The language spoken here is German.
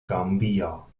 gambia